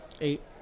Eight